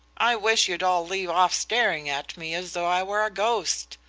i wish you'd all leave off staring at me as though i were a ghost,